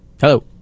Hello